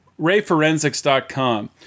rayforensics.com